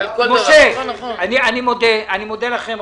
אני מודה לכם.